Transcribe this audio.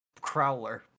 Crowler